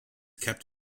kept